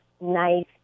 nice